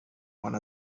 one